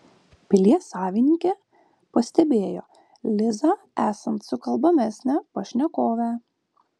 pilies savininkė pastebėjo lizą esant sukalbamesnę pašnekovę